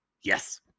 Yes